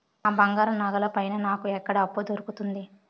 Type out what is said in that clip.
నా బంగారు నగల పైన నాకు ఎక్కడ అప్పు దొరుకుతుంది